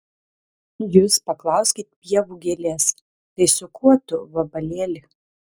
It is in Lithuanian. jūs paklauskit pievų gėlės tai su kuo tu vabalėli